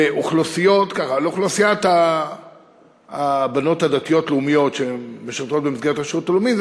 שלאוכלוסיית הבנות הדתיות-לאומיות שמשרתות במסגרת השירות הלאומי,